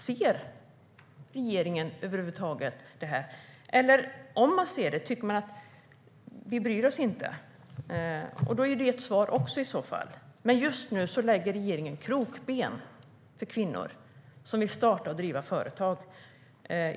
Ser regeringen över huvud taget dessa frågor, eller bryr sig regeringen inte? Det är också ett svar i så fall. Just nu lägger regeringen krokben för kvinnor som vill starta och driva företag.